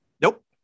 Nope